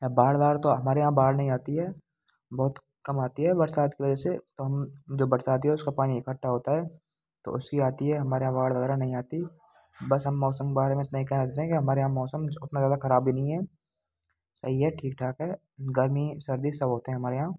यहाँ बाढ़ वाढ़ तो हमारे यहाँ बाढ़ नहीं आती है बहुत कम आती है बरसात की वजह से तो हम जो वर्षा आती है उसका पानी इकट्ठा होता है तो उसकी आती है हमारे यहाँ बाढ़ वगैरह नहीं आती बस हम मौसम बाढ़ में इतना ही कहना चाहते हैं कि हमारे यहाँ मौसम उतना ज़्यादा खराब भी नहीं है सही है ठीक ठाक है गर्मी सर्दी सब होते हैं हमारे यहाँ